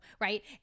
right